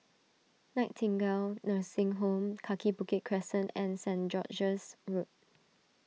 Nightingale Nursing Home Kaki Bukit Crescent and Saint George's Road